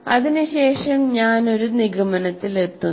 അതിനുശേഷം ഞാൻ ഒരു നിഗമനത്തിലെത്തുന്നു